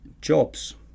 jobs